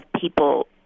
people